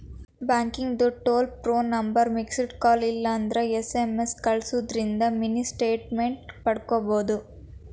ಬ್ಯಾಂಕಿಂದ್ toll free ನಂಬರ್ಗ missed call ಇಲ್ಲಂದ್ರ ಎಸ್.ಎಂ.ಎಸ್ ಕಲ್ಸುದಿಂದ್ರ ಮಿನಿ ಸ್ಟೇಟ್ಮೆಂಟ್ ಪಡ್ಕೋಬೋದು